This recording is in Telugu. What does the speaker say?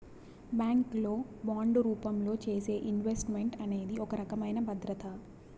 బ్యాంక్ లో బాండు రూపంలో చేసే ఇన్వెస్ట్ మెంట్ అనేది ఒక రకమైన భద్రత